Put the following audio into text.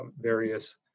various